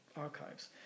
archives